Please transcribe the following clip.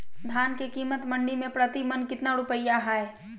धान के कीमत मंडी में प्रति मन कितना रुपया हाय?